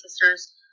sisters